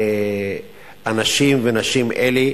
לאנשים ונשים אלה,